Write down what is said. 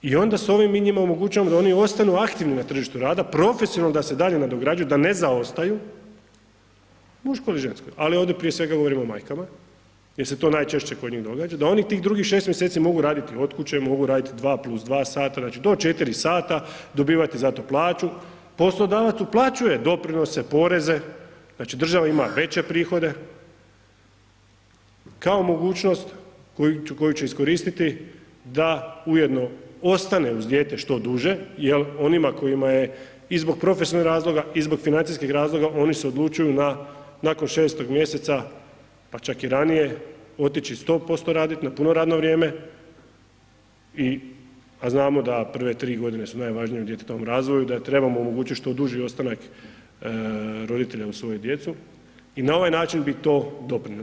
I onda s ovim mi njima omogućujemo da oni ostanu aktivni na tržištu rada, profesionalno da se dalje nadograđuju, da ne zaostaju, muško ili žensko, ali ovdje prije svega govorim o majkama jer se to najčešće kod njih događa, da oni tih drugih 6 mjeseci mogu raditi od kuće, mogu raditi 2 plus 2 sata, znači do 4 sata, dobivati za to plaću, poslodavac uplaćuje doprinose, poreze, znači država ima veće prihode, kao mogućnost koju ću iskoristiti da ujedno ostanem uz dijete što duže jer onima kojima je i zbog profesionalnih razloga i zbog financijskih razloga oni se odlučuju na nakon 6 mjeseca pa čak i ranije otići 100% raditi na puno radno vrijeme i, a znamo da prve 3 godine su najvažnije u djetetovom razvoju i da trebamo omogućiti što duži ostanak roditelja uz svoju djecu i na ovaj način bi to doprinijeli.